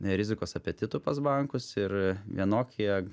ne rizikos apetitų pas bankus ir vienokie